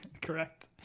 correct